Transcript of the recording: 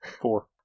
Four